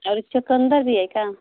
और चुकंदर भी है क्या